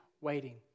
Waiting